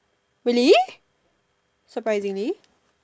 really surprisingly